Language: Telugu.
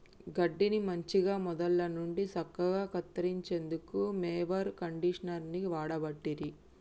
గడ్డిని మంచిగ మొదళ్ళ నుండి సక్కగా కత్తిరించేందుకు మొవెర్ కండీషనర్ని వాడబట్టిరి